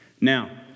Now